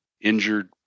injured